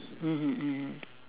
mmhmm mm